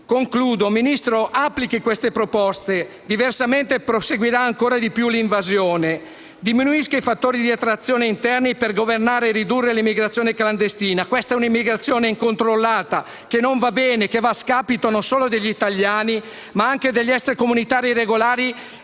Signor Ministro, applichi queste proposte; diversamente proseguirà ancora di più l'invasione; diminuisca i fattori di attrazione interni per governare e ridurre l'immigrazione clandestina: questa è un'immigrazione incontrollata che non va bene, che va a scapito non solo degli italiani, ma anche degli extracomunitari regolari